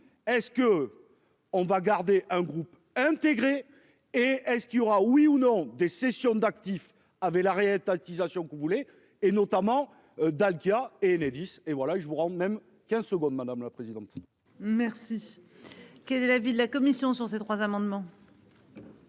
est-ce que on va garder un groupe intégré et est-ce qu'il aura oui ou non des cessions d'actifs avait la étatisation que vous voulez et notamment Dalkia Enedis et voilà je vous rends même qu'un secondes madame la présidente. Merci. Quel est l'avis de la commission sur ces trois amendements.